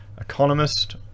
economist